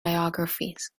biographies